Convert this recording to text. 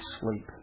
sleep